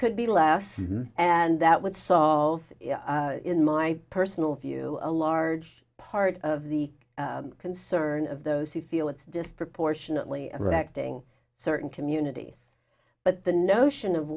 could be less and that would solve in my personal view a large part of the concern of those who feel it's disproportionately affecting certain communities but the notion of